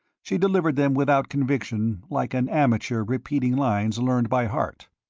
she delivered them without conviction like an amateur repeating lines learned by heart.